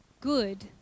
good